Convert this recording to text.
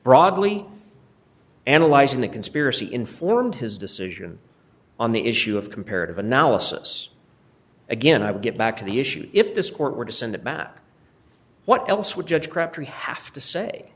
broadly analyzing the conspiracy informed his decision on the issue of comparative analysis again i would get back to the issue if this court were to send it back what else would judge crabtree have to say